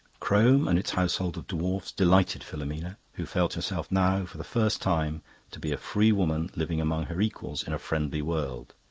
crome and its household of dwarfs delighted filomena, who felt herself now for the first time to be a free woman living among her equals in a friendly world.